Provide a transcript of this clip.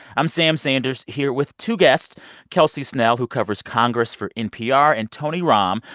i'm sam sanders here with two guests kelsey snell, who covers congress for npr, and tony romm,